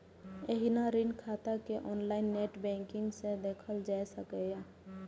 एहिना ऋण खाता कें ऑनलाइन नेट बैंकिंग सं देखल जा सकैए